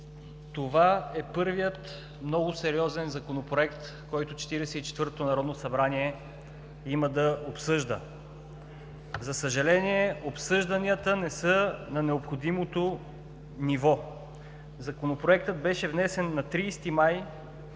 Това е първият много сериозен Законопроект, който Четиридесет и четвъртото народно събрание има да обсъжда. За съжаление, обсъжданията не са на необходимото ниво. Законопроектът беше внесен на 30 май